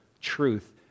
truth